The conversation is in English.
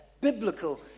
biblical